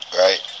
Right